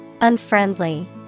Unfriendly